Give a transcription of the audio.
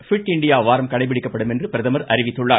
bit India வாரம் கடைபிடிக்கப்படும் என்று பிரதமர் அறிவித்துள்ளார்